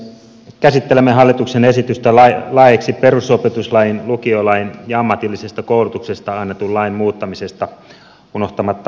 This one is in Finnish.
käsittelemme hallituksen esitystä laeiksi perustusopetuslain lukiolain ja ammatillisesta koulutuksesta annetun lain muuttamisesta unohtamatta aikuiskoulutusta